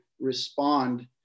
respond